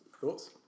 Thoughts